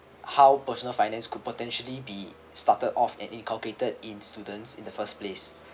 how personal finance could potentially be started off and inculcated in students in the first place